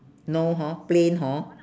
no hor plain hor